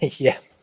yeah.